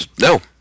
no